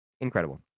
incredible